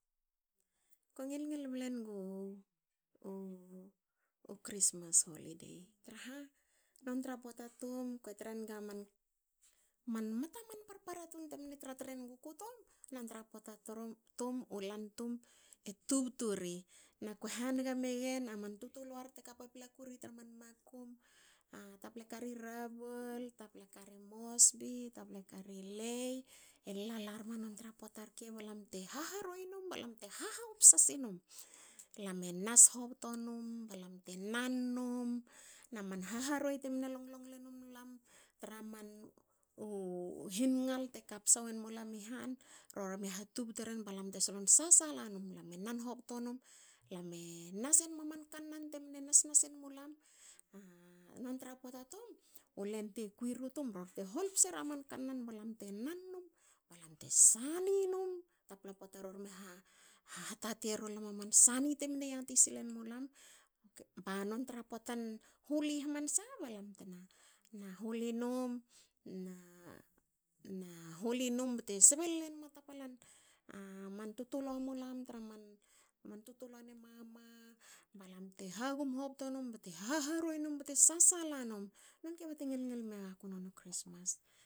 Ko ngil ngil ble nigi u christmas holidei traha nontra poata tum- ko trenga man mata man parpara tun temne tra tre nuguku tum. Nontra pota tum. u len tum e tubtu ri na ko hanga megen aman tutuluar teka paplaku ri tra man makum. a taple kari rabol. taple kari mosbi. taple kari lae e lala rma nontra pota rke balam te haharuei num balam te hahou psa sinum. Lam e nas hobto num balam te nan num. na man haharuei temne long longle nmulam. traman hingal te ka psa wen mulam i han. rori me hatubte ren balam te solon sasala num. Lam e nan hobto num. lam e nas enma man kannan te mne nas- nas enmulam. Non tra pota tum. u len te kui- kuiri tum ror te hol psera man kannan balam te nan num. balam te sani num. Tapla pota. rorme hatati eru lam a man sani temne yati silen mulam. ba non tra potan huli hamansa. balam tena huli num na huli num bte sbe lol enma tapalan man tutulua mulam tra man tutuluane mama. balam te hagum hobto num haharuei num. bte sasala num. Non kiba te ngi ngil megaku noniu chrismas